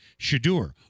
Shadur